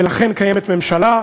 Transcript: ולכן קיימת ממשלה,